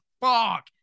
fuck